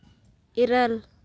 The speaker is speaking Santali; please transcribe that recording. ᱤᱨᱟᱹᱞ